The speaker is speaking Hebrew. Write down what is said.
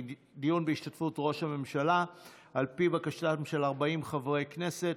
דיון בהשתתפות ראש הממשלה על פי בקשתם של 40 חברי כנסת.